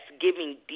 giving